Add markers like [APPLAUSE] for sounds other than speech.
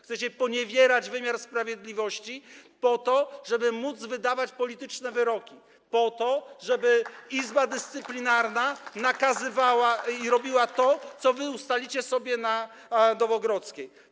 Chcecie poniewierać wymiarem sprawiedliwości, po to żeby móc wydawać polityczne wyroki, [APPLAUSE] po to żeby Izba Dyscyplinarna robiła to, co wy ustalicie sobie na Nowogrodzkiej.